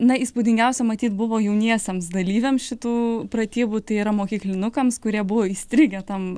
na įspūdingiausia matyt buvo jauniesiems dalyviams šitų pratybų tai yra mokyklinukams kurie buvo įstrigę tam